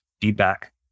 feedback